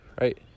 Right